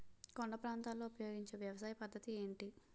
కొండ ప్రాంతాల్లో ఉపయోగించే వ్యవసాయ పద్ధతి ఏంటి?